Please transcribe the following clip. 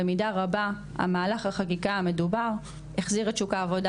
במידה רבה מהלך החקיקה המדובר החזיר את שוק העבודה